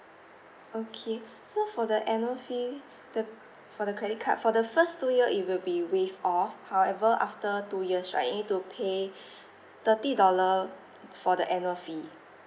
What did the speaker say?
okay so for the annual fee the for the credit card for the first two year it will be waived off however after two years right you need to pay thirty dollar for the annual fee